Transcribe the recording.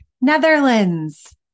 Netherlands